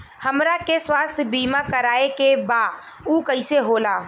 हमरा के स्वास्थ्य बीमा कराए के बा उ कईसे होला?